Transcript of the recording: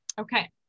Okay